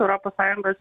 europos sąjungos